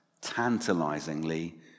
Tantalizingly